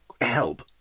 help